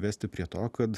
vesti prie to kad